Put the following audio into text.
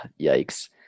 Yikes